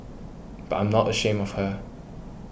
but I'm not ashamed of her